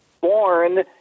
born